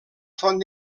font